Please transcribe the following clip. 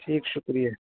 ٹھیک شکریہ